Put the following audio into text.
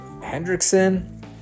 Hendrickson